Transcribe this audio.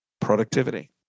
productivity